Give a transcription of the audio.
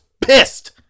pissed